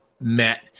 met